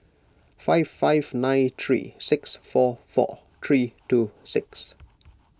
five five nine three six four four three two six